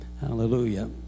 Hallelujah